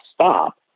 stop